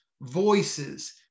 voices